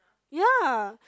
ya